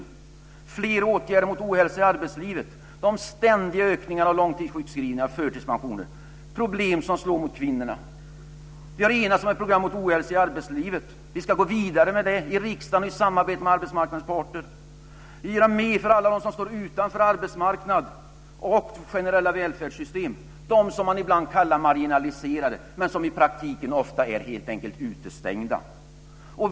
Vi ska vidta fler åtgärder mot ohälsa i arbetslivet och mot de ständiga ökningarna av antalet långtidssjukskrivningar och förtidspensioner. Det är problem som slår mot kvinnorna. Vi har enats om ett program mot ohälsa i arbetslivet. Vi ska gå vidare med det i riksdagen och i samarbete med arbetsmarknadens parter. Vi vill göra mer för alla dem som står utanför arbetsmarknad och generella välfärdssystem, dem som man ibland kallar för marginaliserade men som i praktiken helt enkelt ofta är utestängda.